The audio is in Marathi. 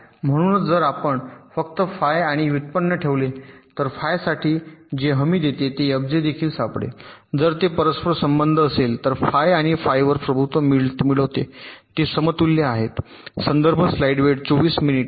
म्हणूनच जर आपण फक्त फाई आणि व्युत्पन्न ठेवले तर फाय साठी चाचणी जे हमी देते की एफजे देखील सापडेल आणि जर ते परस्पर संबंध असेल तर फाय आणि फाई वर प्रभुत्व मिळवते ते समतुल्य आहेत